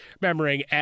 Remembering